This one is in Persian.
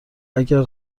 اگر